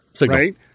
Right